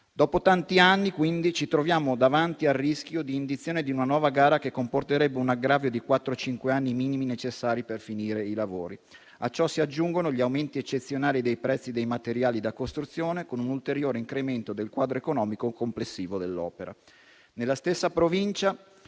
Dopo tanti anni, quindi, ci troviamo davanti al rischio di indizione di una nuova gara, che comporterebbe un aggravio di quattro o cinque anni minimi, necessari per finire i lavori; a ciò si aggiungono gli aumenti eccezionali dei prezzi dei materiali da costruzione, con un ulteriore incremento del quadro economico complessivo dell'opera. Nella stessa Provincia,